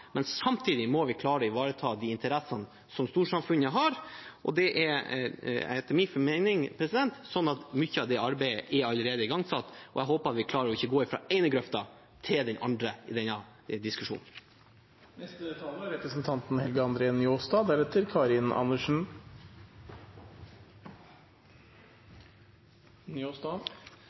men samtidig må vi klare å ivareta de interessene storsamfunnet har. Etter min formening er mye av det arbeidet allerede igangsatt, og jeg håper vi klarer å ikke gå fra den ene grøften til den andre i denne